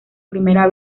primera